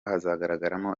hazagaragaramo